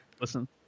listen